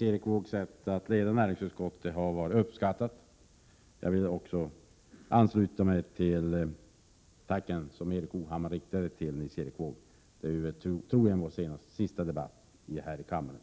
Nils Erik Wåågs sätt att leda utskottet har varit uppskattat. Jag vill också ansluta mig till de tack som Erik Hovhammar riktade till Nils Erik Wååg. Detta är när det gäller näringspolitiken troligen vår sista debatt här i kammaren.